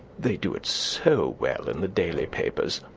they do it so well in the daily papers.